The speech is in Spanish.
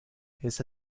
esa